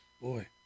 Boy